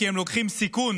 כי הם לוקחים סיכון